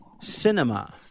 Cinema